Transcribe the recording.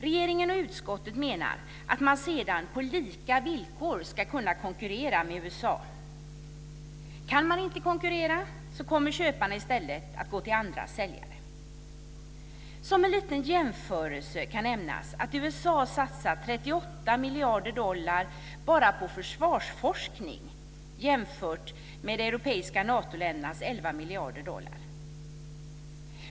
Regeringen och utskottet menar att man sedan på lika villkor ska kunna konkurrera med USA. Kan man inte konkurrera kommer köparna i stället att gå till andra säljare. Som en liten jämförelse kan nämnas att USA satsar 38 miljarder dollar bara på försvarsforskning jämfört med de europeiska Natoländernas 11 miljarder dollar.